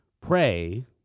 pray